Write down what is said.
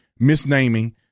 misnaming